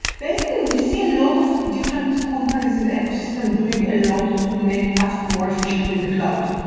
basically, we see a lot of different companies in the ecosystem doing a lot to make kafka more efficient in the cloud,